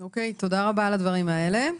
תודה רבה על הדברים האלה.